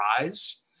rise